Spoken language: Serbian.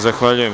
Zahvaljujem.